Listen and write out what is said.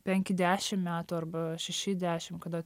penki dešimt metų arba šeši dešimt kada